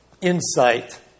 insight